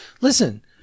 Listen